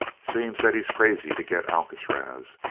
seems that he's crazy to get alcatraz.